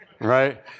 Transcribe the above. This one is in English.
right